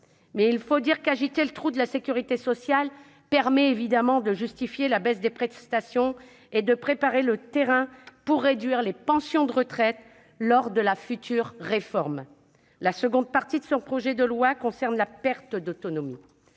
Il faut dire qu'agiter le « trou de la sécurité sociale » permet de justifier la baisse des prestations et de préparer le terrain pour réduire les pensions de retraite lors de la future réforme ! La seconde partie de ce projet de loi concerne la perte d'autonomie.